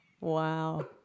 wow